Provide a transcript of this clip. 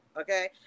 okay